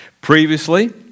Previously